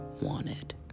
wanted